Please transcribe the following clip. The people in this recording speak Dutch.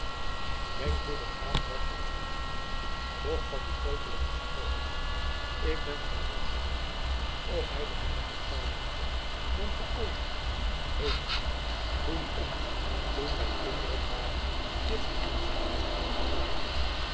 denk hoe de graaf dat op zou nemen doch van dien kokeler gesproken ik ben verlangend te weten of hij behendiger zal wezen dan paolo heugt het u hoe die ons toen wij kinderen waren met zijn kunsten wist te vermaken